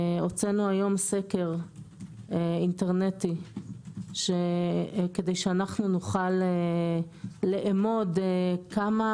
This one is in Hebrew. הוצאנו היום סקר אינטרנטי כדי שנוכל לאמוד כמה